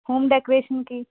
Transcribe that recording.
home డెకరేషన్కి